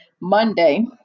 Monday